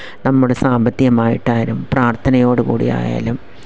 നമ്മുടെ സാമ്പത്തികമായിട്ടായാലും പ്രാർത്ഥനയോടുകൂടി ആയാലും